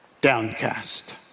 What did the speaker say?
downcast